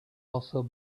also